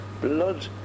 blood